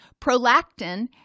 Prolactin